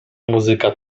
muzyka